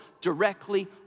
directly